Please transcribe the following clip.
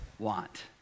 want